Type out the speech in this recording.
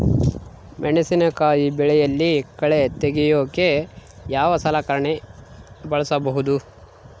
ಮೆಣಸಿನಕಾಯಿ ಬೆಳೆಯಲ್ಲಿ ಕಳೆ ತೆಗಿಯೋಕೆ ಯಾವ ಸಲಕರಣೆ ಬಳಸಬಹುದು?